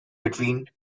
between